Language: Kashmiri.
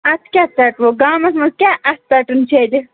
اَتھٕ کیٛاہ ژَٹو گامَس منٛز کیٛاہ اَتھٕ ژَٹُن چلہِ